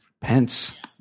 Pence